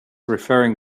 referring